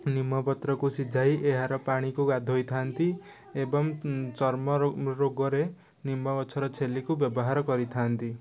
ନିମ୍ବପତ୍ରକୁ ସିଝାଇ ଏହାର ପାଣିକୁ ଗାଧୋଇଥାନ୍ତି ଏବଂ ଚର୍ମ ରୋଗରେ ନିମ୍ବଗଛର ଛେଲିକୁ ବ୍ୟବହାର କରିଥାନ୍ତି